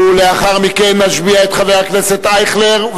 ולאחר מכן נשביע את חבר הכנסת אייכלר,